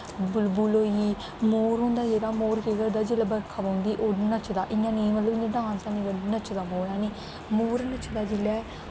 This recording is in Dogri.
बुलबुल होई गेई मोर होंदा जेह्ड़ मोर केह् करदा जेल्लै बरखा पौंदी ओह् नचदा इ'यां नेईं मतलब इ'यां डांस ऐनी निं करदा नचदा मोर हैनी मोर नचदा जेल्लै